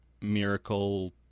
miracle